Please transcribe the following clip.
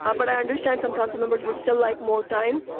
ah but i understand some councilmembers would still like more time,